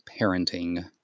parenting